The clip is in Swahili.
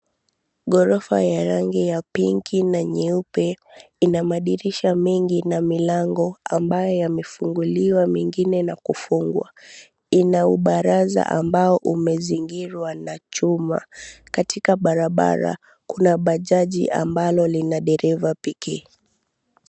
Ghorofa ya rangi ya pinki na nyeupe ina madirisha mengi na milango ambayo yamefunguliwa mengine na kufungwa, ina ubaraza ambao umezingirwa na chuma, katika barabara kuna bajaji ambalo lina dereva pekee.